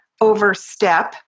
overstep